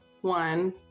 one